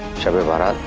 shab-e-barat.